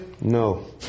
No